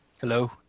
Hello